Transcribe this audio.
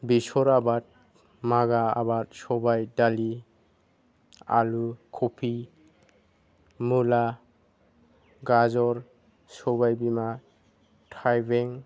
बेसर आबाद मागा आबाद सबाय दालि आलु कबि मुला गाजर सबायबिमा थाइबें